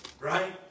Right